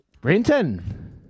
Brenton